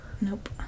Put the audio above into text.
Nope